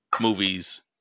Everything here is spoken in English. movies